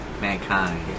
mankind